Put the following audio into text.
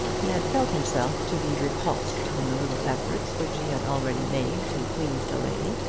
he had felt himself to be repulsed in the little efforts which he had already made to please the lady,